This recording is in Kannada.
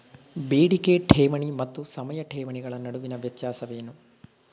ಬೇಡಿಕೆ ಠೇವಣಿ ಮತ್ತು ಸಮಯ ಠೇವಣಿಗಳ ನಡುವಿನ ವ್ಯತ್ಯಾಸವೇನು?